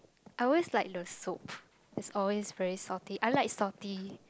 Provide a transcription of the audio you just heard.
I always like the soup is always very salty I like salty